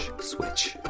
switch